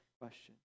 question